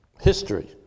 history